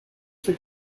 for